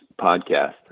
podcast